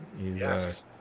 Yes